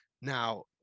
Now